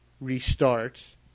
restart